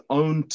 own